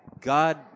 God